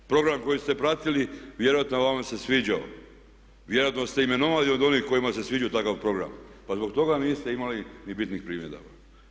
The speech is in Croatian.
Program koji ste pratili vjerojatno vam se sviđao, vjerojatno ste imenovani od onih kojima se sviđao takav program pa zbog toga niste imali ni bitnih primjedaba.